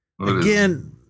again